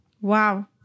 Wow